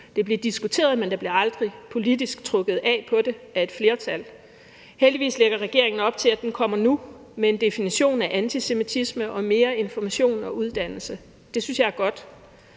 Det blev diskuteret, men der blev aldrig politisk trukket af på det af et flertal. Heldigvis lægger regeringen op til, at den handlingsplan kommer nu, med en definition af antisemitisme og mere information og uddannelse. Det synes jeg er godt.